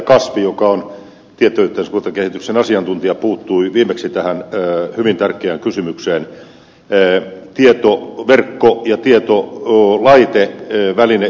kasvi joka on tietoyhteiskuntakehityksen asiantuntija puuttui viimeksi tähän hyvin tärkeään kysymykseen tietoverkko ja tietolaite välineinvestointeihin